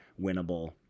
winnable